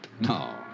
No